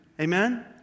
Amen